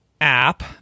app